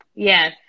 Yes